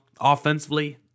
offensively